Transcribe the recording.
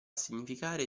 significare